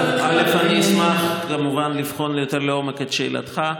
אני אשמח, כמובן, לבחון יותר לעומק את שאלתך.